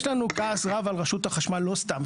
יש לנו כעס רב על רשות החשמל לא סתם,